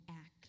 act